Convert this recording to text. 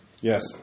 Yes